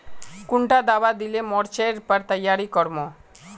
कुंडा दाबा दिले मोर्चे पर तैयारी कर मो?